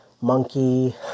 monkey